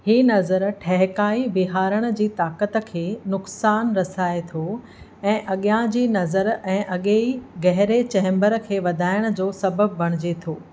ही नज़र ठहिकाए बीहारण जी ताक़त खे नुक़सान रसाए थो ऐं अॻियां जी नज़र ऐं अॻिएं गहिरे चेम्बर खे वधाइण जो सबबु बणिजे थो